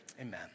Amen